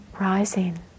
rising